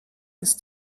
ist